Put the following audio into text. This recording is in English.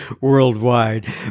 worldwide